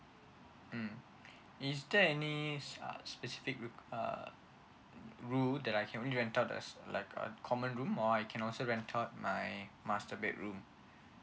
mm is there any uh specific um uh rule that I can only rent out like a common room or I can also rent out my master bedroom